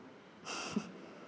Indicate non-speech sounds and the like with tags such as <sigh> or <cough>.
<laughs>